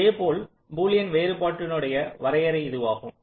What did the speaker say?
இதைப்போல பூலியன் வேறுபாட்டினுடைய வரையறை இதுவாகும்